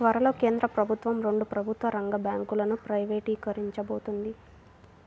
త్వరలో కేంద్ర ప్రభుత్వం రెండు ప్రభుత్వ రంగ బ్యాంకులను ప్రైవేటీకరించబోతోంది